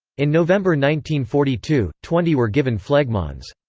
in november one forty two, twenty were given phlegmons.